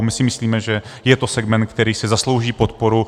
My si myslíme, že je to segment, který si zaslouží podporu.